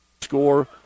score